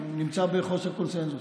נמצא בחוסר קונסנזוס,